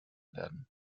werden